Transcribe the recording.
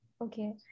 okay